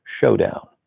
showdown